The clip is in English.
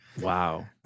Wow